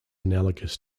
analogous